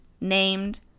named